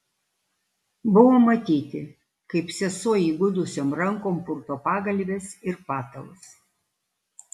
buvo matyti kaip sesuo įgudusiom rankom purto pagalves ir patalus